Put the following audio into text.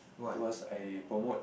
tuas I promote